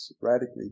radically